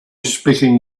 speaking